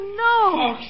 no